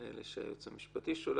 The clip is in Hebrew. פרקליטים שהייעוץ המשפטי שולח?